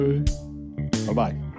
Bye-bye